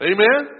Amen